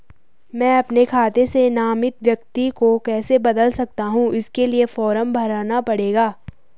मैं अपने खाते से नामित व्यक्ति को कैसे बदल सकता हूँ इसके लिए फॉर्म भरना पड़ेगा?